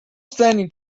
standing